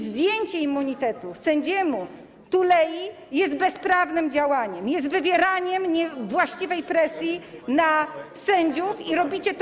Zdjęcie immunitetu sędziemu Tulei jest bezprawnym działaniem, jest wywieraniem niewłaściwej presji na sędziów i robicie to masowo.